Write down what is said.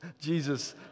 Jesus